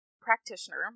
practitioner